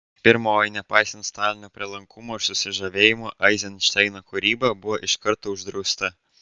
pirmoji nepaisant stalino prielankumo ir susižavėjimo eizenšteino kūryba buvo iš karto uždrausta